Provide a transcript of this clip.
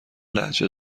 لهجه